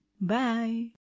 Bye